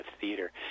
theater